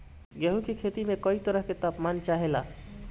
गेहू की खेती में कयी तरह के ताप मान चाहे ला